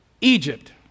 Egypt